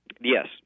Yes